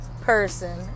person